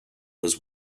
was